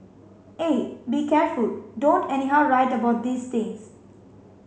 eh be careful don't anyhow write about these things